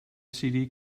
std